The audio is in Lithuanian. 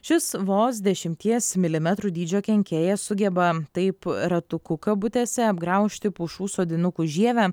šis vos dešimties milimetrų dydžio kenkėjas sugeba taip ratukų kabutėse apgraužti pušų sodinukų žievę